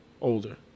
older